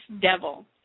devil